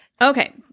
Okay